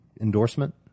endorsement